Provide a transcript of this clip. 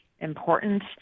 important